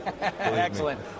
Excellent